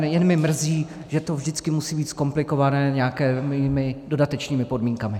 Jen mě mrzí, že to vždycky musí být zkomplikované nějakými dodatečnými podmínkami.